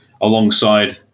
alongside